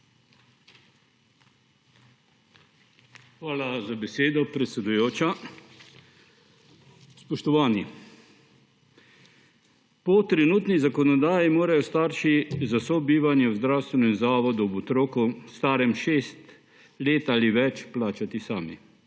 Hvala za besedo, predsedujoča. Spoštovani! Po trenutni zakonodaji morajo starši za sobivanje v zdravstvenem zavodu ob otroku, starem šest let ali več, plačati sami.